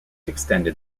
extended